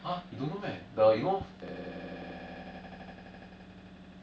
!huh! you don't know meh the you know for~ fort canning right you take the bus sixty four at the side there